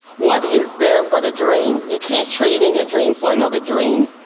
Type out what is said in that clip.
what is there but a dream, you can't trade in your dream for another dream.